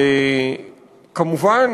כמובן,